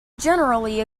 generally